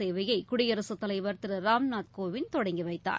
சேவையை குடியரசுத் தலைவர் திரு ராம்நாத் கோவிந்த் தொடங்கி வைத்தார்